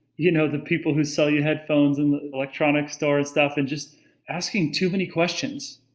you know, the people who sell you headphones in the electronic store and stuff. and just asking too many questions.